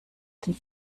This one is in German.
den